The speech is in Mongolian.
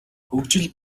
хөгжил